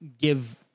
give